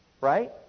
Right